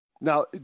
Now